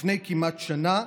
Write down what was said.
לפני כמעט שנה,